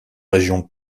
région